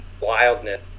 wildness